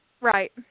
Right